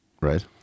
right